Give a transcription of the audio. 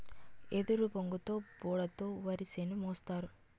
ఎదురుబొంగుతో బోడ తో వరిసేను మోస్తారు